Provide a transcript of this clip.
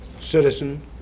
citizen